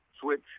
Switch